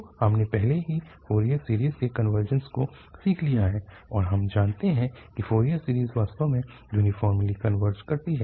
तो हमने पहले ही फोरियर सीरीज़ के कनवर्जेंस को सीख लिया है और हम जानते हैं कि फोरियर सीरीज़ वास्तव में यूनिफ़ॉर्मली कनवर्जस करती है